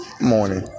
morning